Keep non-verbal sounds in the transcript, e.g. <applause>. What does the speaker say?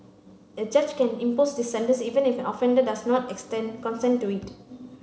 a judge can impose this sentence even if an offender does not <unintelligible> consent to it